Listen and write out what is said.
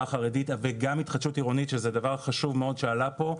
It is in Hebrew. החרדית וגם התחדשות עירונית שזה דבר חשוב מאוד שעלה פה,